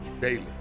daily